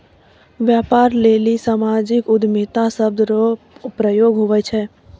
व्यापार लेली सामाजिक उद्यमिता शब्द रो प्रयोग हुवै छै